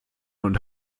und